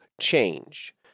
change